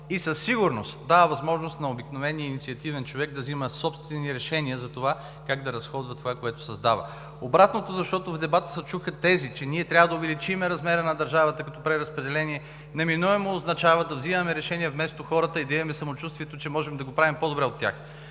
и със сигурност дава възможност на обикновения инициативен човек да взима собствени решения за това как да разходва това, което създава. Обратното, защото в дебата се чуха тези, че ние трябва да увеличим размера на държавата като преразпределение, неминуемо означава да взимаме решения вместо хората и да имаме самочувствието, че можем да го правим по-добре от тях.